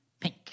pink